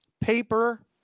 paper